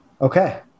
Okay